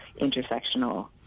intersectional